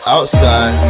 Outside